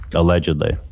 allegedly